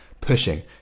Pushing